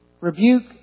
Rebuke